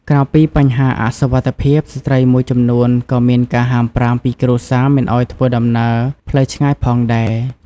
ក្រៅពីបញ្ហាអសុវត្ថិភាព ស្ត្រីមួយចំនួនក៏មានការហាមប្រាមពីគ្រួសារមិនឱ្យធ្វើដំណើរផ្លូវឆ្ងាយផងដែរ។